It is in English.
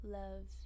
love